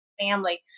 family